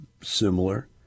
similar